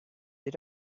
they